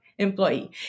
Employee